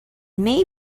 may